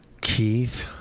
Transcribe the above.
Keith